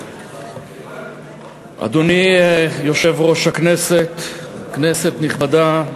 אדוני יושב-ראש הכנסת, כנסת נכבדה,